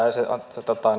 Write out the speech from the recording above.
se